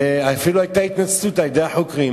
ואפילו היתה התנצלות של החוקרים.